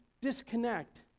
disconnect